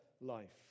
life